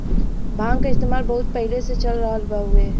भांग क इस्तेमाल बहुत पहिले से चल रहल हउवे